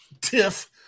tiff